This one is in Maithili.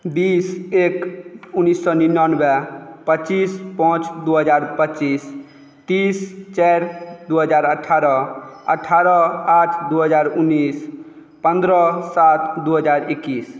बीस एक उन्नीस सौ निनानबे पच्चीस पाँच दू हजार पच्चीस तीस चारि दू हजार अठारह अठारह आठ दू हजार उन्नीस पन्द्रह सात दू हजार इक्कीस